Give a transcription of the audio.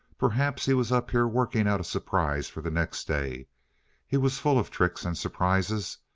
perhaps he was up here working out a surprise for the next day he was full of tricks and surprises.